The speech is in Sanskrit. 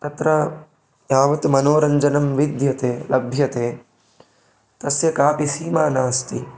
तत्र यावत् मनोरञ्जनं विद्यते लभ्यते तस्य कापि सीमा नास्ति